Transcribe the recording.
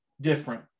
different